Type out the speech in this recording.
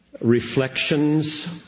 reflections